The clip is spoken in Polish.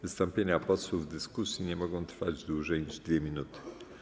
Wystąpienia posłów w dyskusji nie mogą trwać dłużej niż 2 minuty.